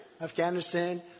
Afghanistan